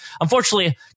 unfortunately